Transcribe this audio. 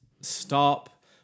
stop